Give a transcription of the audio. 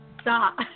stop